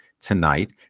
tonight